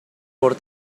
por